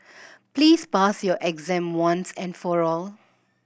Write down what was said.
please pass your exam once and for all